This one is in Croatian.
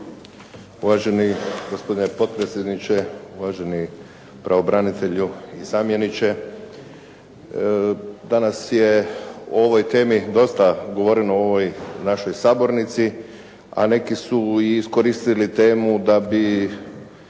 Uvaženi gospodine potpredsjedniče, uvaženi pravobranitelju i zamjeniče. Danas je o ovoj temi dosta govoreno u ovoj našoj sabornici, a neki su i iskoristili temu da bi